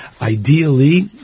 Ideally